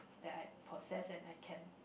that I possess and I can